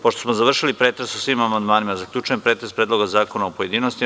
Pošto smo završili pretres o svim amandmanima, zaključujem pretres Predloga zakona u pojedinostima.